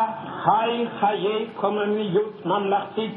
בה חי חיי קוממיות ממלכתית,